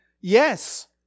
yes